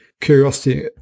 curiosity